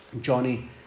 Johnny